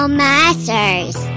masters